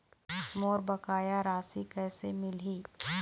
मोर बकाया राशि कैसे मिलही?